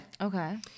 Okay